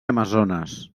amazones